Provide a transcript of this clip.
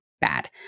bad